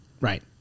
Right